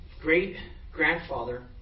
great-grandfather